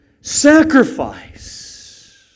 sacrifice